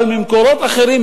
אבל ממקורות אחרים,